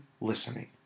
listening